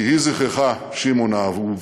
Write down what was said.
יהי זכרך, שמעון האהוב,